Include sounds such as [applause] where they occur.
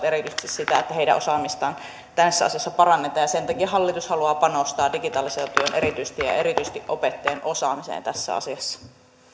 [unintelligible] erityisesti sitä että heidän osaamistaan tässä asiassa parannetaan sen takia hallitus haluaa panostaa erityisesti digitalisaatioon ja erityisesti opettajien osaamiseen tässä asiassa